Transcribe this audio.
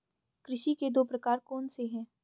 कृषि के दो प्रकार कौन से हैं?